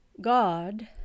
God